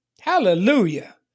Hallelujah